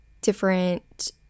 different